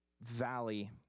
valley